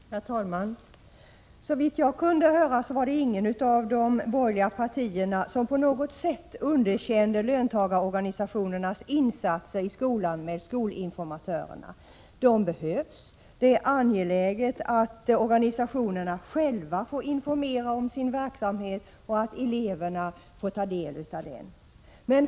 Herr talman! Såvitt jag kunde höra var det inget av de borgerliga partierna som på något sätt underkände löntagarorganisationernas insatser med skolinformatörer. De behövs, och det är angeläget att organisationerna själva får informera om sin verksamhet och att eleverna får ta del av den.